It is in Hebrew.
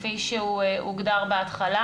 כפי שהוא הוגדר בהתחלה,